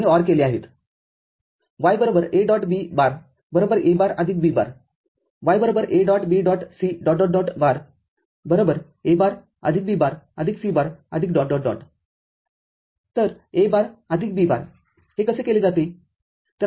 तर A bar आदिक B bar हे कसे केले जाते